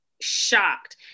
shocked